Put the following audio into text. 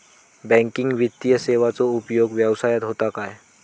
Banking वित्तीय सेवाचो उपयोग व्यवसायात होता काय?